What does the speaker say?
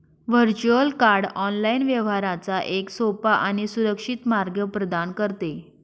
virtual card online व्यवहारांचा एक सोपा आणि सुरक्षित मार्ग प्रदान करते